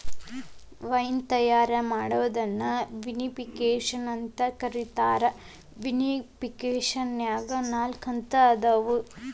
wine ತಯಾರ್ ಮಾಡೋದನ್ನ vinification ಅಂತ ಕರೇತಾರ, ವಿನಿಫಿಕೇಷನ್ನ್ಯಾಗ ನಾಲ್ಕ ಹಂತ ಇರ್ತಾವ